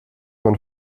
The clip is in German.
man